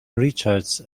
richards